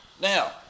Now